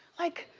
like,